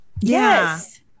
Yes